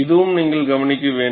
இதுவும் நீங்கள் கவனிக்க வேண்டும்